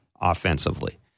offensively